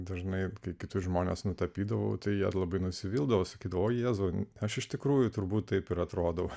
dažnai kai kitus žmones nutapydavau tai jie labai nusivildavo sakydavo jėzau aš iš tikrųjų turbūt taip ir atrodau